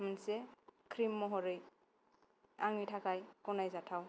मोनसे क्रिम महरै आंनि थाखाय गनाय जाथाव